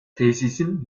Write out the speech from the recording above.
tesisin